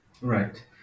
Right